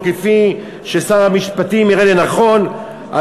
או כפי ששר המשפטים יראה לנכון.